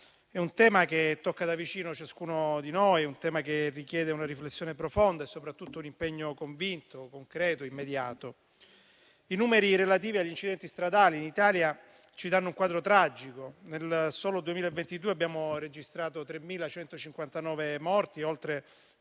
È un tema che tocca da vicino ciascuno di noi, che richiede una riflessione profonda e soprattutto un impegno convinto, concreto e immediato. I numeri relativi agli incidenti stradali in Italia ci danno un quadro tragico: nel solo 2022 abbiamo registrato 3.159 morti e oltre